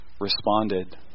responded